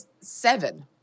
seven